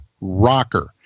rocker